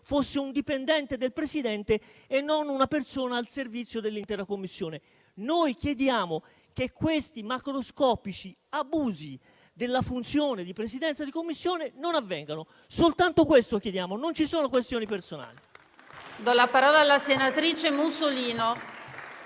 fosse un dipendente del Presidente e non una persona al servizio dell'intera Commissione. Noi chiediamo che questi macroscopici abusi della funzione di Presidenza di Commissione non avvengano. Soltanto questo chiediamo. Non ci sono questioni personali.